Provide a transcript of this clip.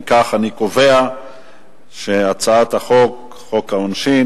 אם כך, אני קובע שהצעת חוק העונשין,